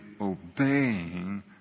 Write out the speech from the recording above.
obeying